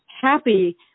happy